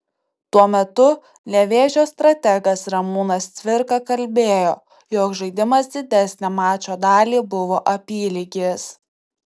tuo metu nevėžio strategas ramūnas cvirka kalbėjo jog žaidimas didesnę mačo dalį buvo apylygis